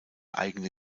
eigene